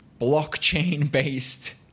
blockchain-based